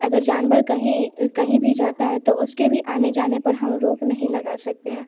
अगर जानवर कहीं कहीं भी जाता है तो उसके भी आने जाने पर हम रोक नहीं लगा सकते हैं